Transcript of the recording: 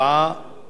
אין נמנעים.